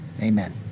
amen